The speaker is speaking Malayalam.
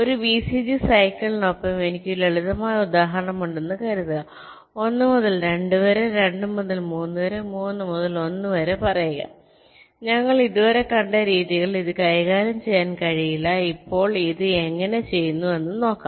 ഒരു വിസിജി സൈക്കിളിനൊപ്പം എനിക്ക് ഒരു ലളിതമായ ഉദാഹരണമുണ്ടെന്ന് കരുതുക 1 മുതൽ 2 വരെ 2 മുതൽ 3 വരെ 3 മുതൽ 1 വരെ പറയുക ഞങ്ങൾ ഇതുവരെ കണ്ട രീതികൾ ഇത് കൈകാര്യം ചെയ്യാൻ കഴിയില്ല ഇപ്പോൾ ഇത് എങ്ങനെ ചെയ്യുന്നുവെന്ന് നോക്കാം